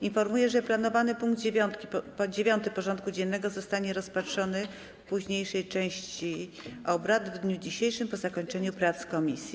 Informuję, że planowany punkt 9. porządku dziennego zostanie rozpatrzony w późniejszej części obrad w dniu dzisiejszym, po zakończeniu prac komisji.